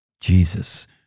Jesus